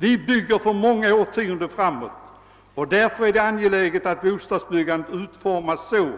Vi bygger för många årtionden framåt, och därför är det angeläget att bostadsbyggandet utformas så